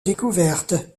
découverte